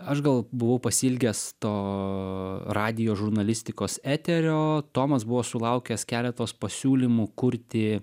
aš gal buvau pasiilgęs to radijo žurnalistikos eterio tomas buvo sulaukęs keletos pasiūlymų kurti